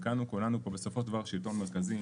וכאן כולנו פה בסופו של דבר שילטון מרכזי,